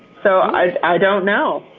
so i i don't know.